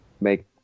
make –